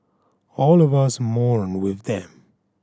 all of us mourn with them